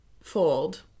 fold